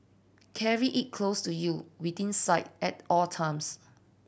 carry it close to you within sight at all times